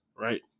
right